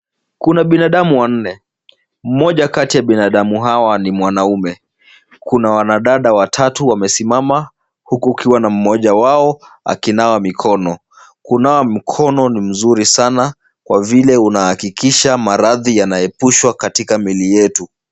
Kuna binadamu wanne, mmoja kati ya binadamu hawa ni mwanaume. Kuna wanadada watatu wamesimama huku kukiwa na mmoja wao akinawa mikono. Kunawa mkono ni mzuri sana kwa vile unahakikisha maradhi yanaepushwa katika miili yetu.